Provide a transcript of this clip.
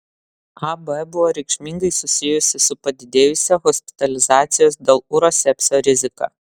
ab buvo reikšmingai susijusi su padidėjusia hospitalizacijos dėl urosepsio rizika